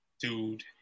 Dude